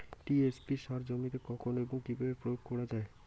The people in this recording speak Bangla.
টি.এস.পি সার জমিতে কখন এবং কিভাবে প্রয়োগ করা য়ায়?